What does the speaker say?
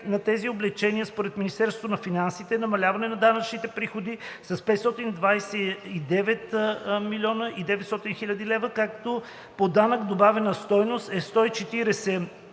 на тези облекчения според Министерството на финансите е намаляване на данъчните приходи с 529,9 млн. лв., като по данък добавена стойност е 140,9 млн.